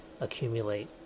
accumulate